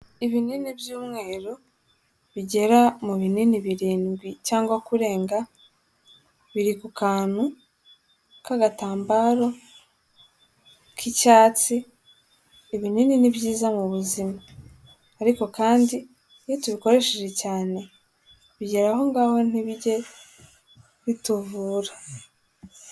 Ibinini by'umweru, bigera mu binini birindwi cyangwa kurenga, biri mu kantu k'agatambaro k'icyatsi, ibinini ni byiza mu buzima, ariko kandi iyo tubikoresheje cyane, bigera aho ng'aho ntibijye bituvura.